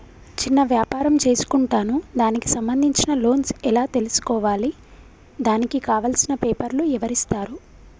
చిన్న వ్యాపారం చేసుకుంటాను దానికి సంబంధించిన లోన్స్ ఎలా తెలుసుకోవాలి దానికి కావాల్సిన పేపర్లు ఎవరిస్తారు?